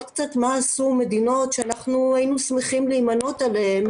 מה עשו מדינות שאנחנו היינו שמחים להימנות עליהן,